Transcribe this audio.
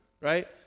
right